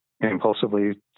impulsively